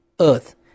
Earth